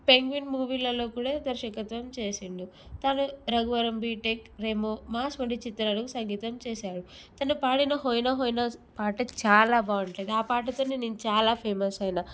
penguin మూవీలో కూడా దర్శకత్వం చేసాడు తను రఘువరన్ బీటెక్ రెమో మాస్ వంటి చిత్రాలకు సంగీతం చేశాడు తను పాడిన హొయన హొయన పాట చాలా బాగుంటుంది ఆ పాటతోనే తను చాలా ఫేమస్ అయిన